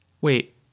Wait